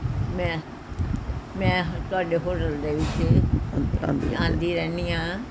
ਮੈਂ ਮੈਂ ਤੁਹਾਡੇ ਹੋਟਲ ਦੇ ਵਿੱਚ ਆਉਂਦੀ ਆਉਂਦੀ ਰਹਿੰਦੀ ਹਾਂ